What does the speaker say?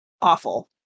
awful